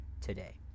today